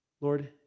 Lord